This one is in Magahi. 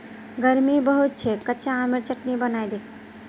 गर्मी बहुत छेक कच्चा आमेर चटनी बनइ दे